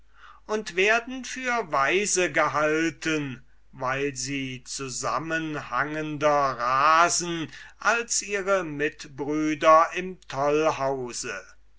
und werden für weise gehalten weil sie zusammenhangender rasen als ihre mitbrüder im